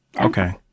Okay